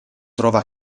trova